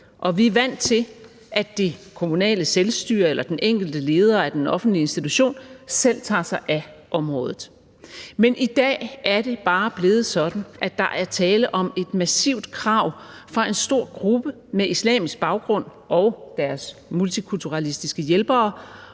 og vi er vant til, at det kommunale selvstyre eller den enkelte leder af den offentlige institution selv tager sig af området. Men i dag er det bare blevet sådan, at der er tale om et massivt krav fra en stor gruppe med islamisk baggrund og deres multikulturalistiske hjælpere